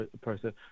process